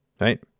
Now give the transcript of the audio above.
Right